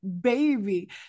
baby